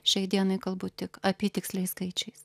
šiai dienai kalbu tik apytiksliais skaičiais